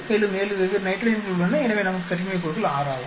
மேலும் 7 வெவ்வேறு நைட்ரஜன்கள் எனவே நமக்கு கட்டின்மை கூறுகள் 6 ஆகும்